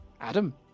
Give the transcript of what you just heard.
Adam